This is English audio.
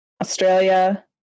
Australia